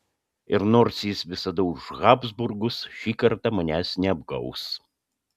ir nors jis visada už habsburgus ši kartą manęs neapgaus